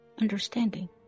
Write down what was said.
understanding